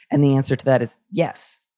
and the answer to that is yes.